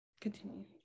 continue